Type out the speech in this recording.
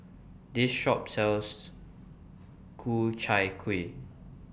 This Shop sells Ku Chai Kuih